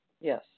Yes